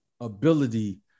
ability